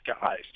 guys